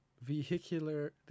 vehicular